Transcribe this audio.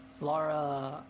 Laura